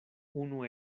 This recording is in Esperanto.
unu